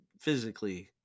physically